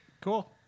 Cool